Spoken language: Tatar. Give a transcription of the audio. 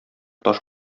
таш